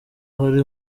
hari